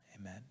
Amen